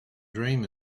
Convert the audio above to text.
dream